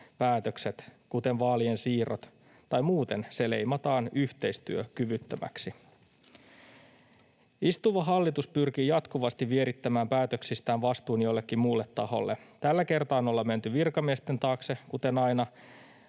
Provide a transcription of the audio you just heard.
päätökset, kuten vaalien siirrot, tai muuten se leimataan yhteistyökyvyttömäksi? Istuva hallitus pyrkii jatkuvasti vierittämään päätöksistään vastuun jollekin muulle taholle. Tällä kertaa ollaan menty virkamiesten taakse, kuten aina,